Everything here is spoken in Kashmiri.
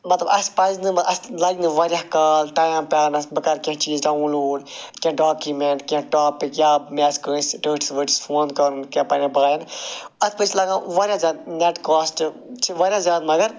مَطلَب اَسہِ پَزِ نہٕ اَسہِ لَگہِ نہٕ واریاہ کال ٹایم پرٛارنَس بہٕ کَرٕ کیٚنٛہہ چیٖز ڈاوُن لوڈ کیٚنٛہہ ڈاکیٛوٗمٮ۪نٛٹ کیٚنٛہہ ٹاپِک یا مےٚ آسہِ کٲنٛسہِ ٹٲٹھِس وٲٹھِس فون کَرُن کیٚنٛہہ پنٕنٮ۪ن بایَن اَتھ پٮ۪ٹھ چھُ لَگان واریاہ زیادٕ نیٚٹ کاسٹہٕ چھِ واریاہ زیاد مگر